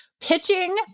pitching